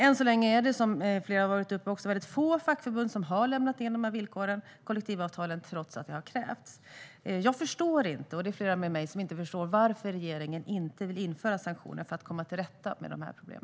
Än så länge är det dock, som flera har varit inne på, väldigt få fackförbund som har lämnat in kollektivavtalen - trots att det har krävts. Jag och flera med mig förstår inte varför regeringen inte vill införa sanktioner för att komma till rätta med dessa problem.